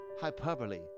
hyperbole